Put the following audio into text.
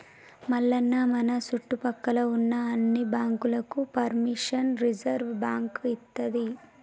మల్లన్న మన సుట్టుపక్కల ఉన్న అన్ని బాంకులకు పెర్మిషన్ రిజర్వ్ బాంకు ఇత్తది